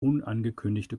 unangekündigte